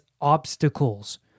obstacles